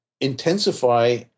intensify